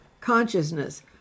consciousness